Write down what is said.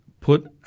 put